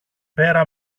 πέρα